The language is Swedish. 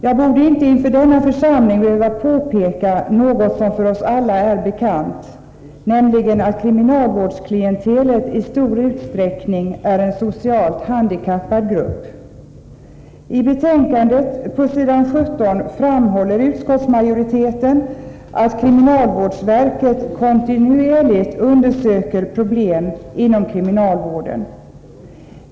Jag skulle egentligen inte för denna församling behöva påpeka något som för oss alla är bekant, nämligen att kriminalvårdsklientelet i stor utsträckning är en socialt handikappad grupp. I betänkandet, på s. 17, framhåller utskottsmajoriteten att kriminalvårdsverket kontinuerligt undersöker problem inom kriminalvården.